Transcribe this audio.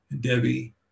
Debbie